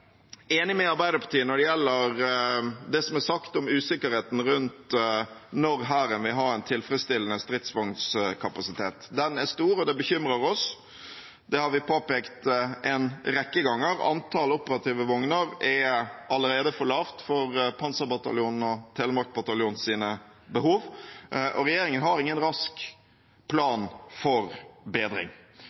enig med Arbeiderpartiet når det gjelder det som er sagt om usikkerheten rundt når Hæren vil ha en tilfredsstillende stridsvognkapasitet. Den er stor, og det bekymrer oss. Det har vi påpekt en rekke ganger. Antallet operative vogner er allerede for lavt for behovet til Panserbataljonen og Telemark bataljon. Regjeringen har ingen rask plan for bedring.